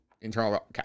internal